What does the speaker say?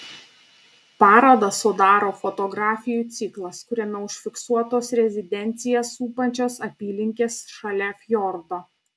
parodą sudaro fotografijų ciklas kuriame užfiksuotos rezidenciją supančios apylinkės šalia fjordo